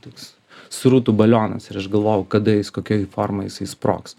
toks srutų balionas ir aš galvojau kada jis kokioj formoj jisai sprogs